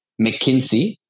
McKinsey